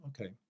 okay